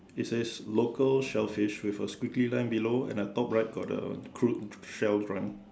it says local shellfish with a squeaky lamp below and at top right got a crook shell one